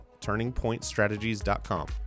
turningpointstrategies.com